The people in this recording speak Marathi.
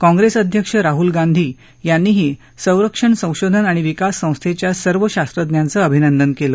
काँग्रेस अध्यक्ष राहूल गांधी यांनीही सरंक्षण संशोधन आणि विकास संस्थेच्या सर्व शास्त्रज्ञांचं अभिनंदन केलं